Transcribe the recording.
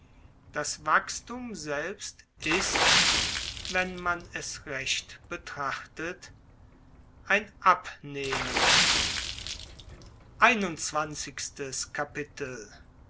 das wachsthum selbst ist wenn man es recht betrachtet ein abnehmen